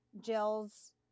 Jill's